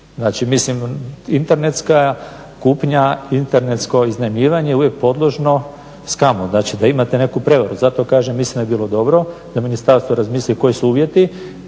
Znači mislim internetska kupnja, internetsko iznajmljivanje je uvijek podložno …/Govornik se ne razumije./… Znači da imate neku prevaru. Zato kažem mislim da bi bilo dobro da ministarstvo razmisli koji su uvjeti